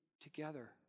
together